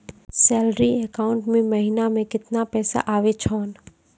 Salary account मे महिना मे केतना पैसा आवै छौन?